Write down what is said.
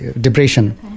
depression